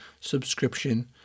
subscription